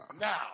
Now